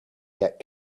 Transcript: get